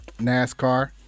NASCAR